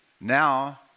now